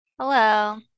Hello